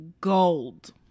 gold